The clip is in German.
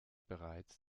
bereits